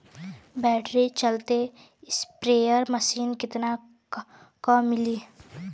Battery चलत sprayer machine कितना क मिली?